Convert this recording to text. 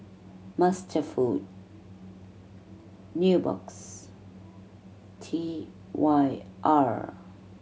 MasterFoods Nubox T Y R